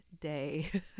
day